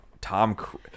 Tom